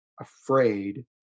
afraid